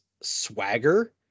swagger